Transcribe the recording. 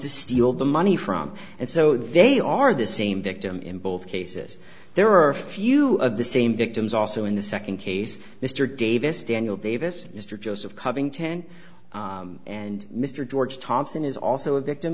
to steal the money from and so they are the same victim in both cases there are a few of the same victims also in the second case mr davis daniel davis mr joseph covington and mr george thompson is also a victim